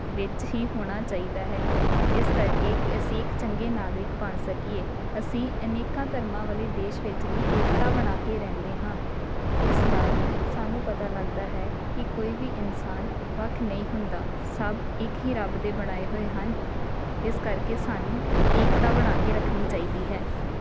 ਵਿੱਚ ਹੀ ਹੋਣਾ ਚਾਹੀਦਾ ਹੈ ਇਸ ਕਰਕੇ ਕਿ ਅਸੀਂ ਇੱਕ ਚੰਗੇ ਨਾਗਰਿਕ ਬਣ ਸਕੀਏ ਅਸੀਂ ਅਨੇਕਾਂ ਧਰਮਾਂ ਵਾਲੇ ਦੇਸ਼ ਵਿੱਚ ਵੀ ਏਕਤਾ ਬਣਾ ਕੇ ਰਹਿੰਦੇ ਹਾਂ ਇਸ ਨਾਲ ਸਾਨੂੰ ਪਤਾ ਲੱਗਦਾ ਹੈ ਕਿ ਕੋਈ ਵੀ ਇਨਸਾਨ ਵੱਖ ਨਹੀਂ ਹੁੰਦਾ ਸਭ ਇੱਕ ਹੀ ਰੱਬ ਦੇ ਬਣਾਏ ਹੋਏ ਹਨ ਇਸ ਕਰਕੇ ਸਾਨੂੰ ਏਕਤਾ ਬਣਾ ਕੇ ਰੱਖਣੀ ਚਾਹੀਦੀ ਹੈ